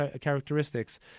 characteristics